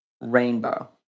Rainbow